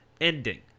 ending